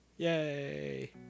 Yay